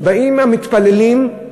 באים המתפללים,